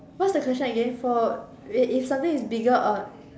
what's the question again for if is something is bigger or